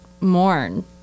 mourn